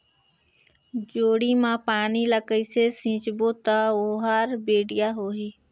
जोणी मा पानी ला कइसे सिंचबो ता ओहार बेडिया होही?